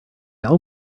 all